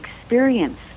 experience